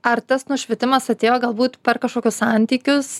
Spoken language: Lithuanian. ar tas nušvitimas atėjo galbūt per kažkokius santykius